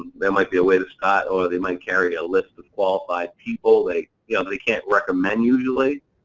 that might be a way to start, or they might carry a list of qualified people. they yeah they can't recommend usually,